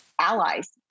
allies